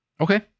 okay